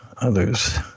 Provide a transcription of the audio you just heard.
others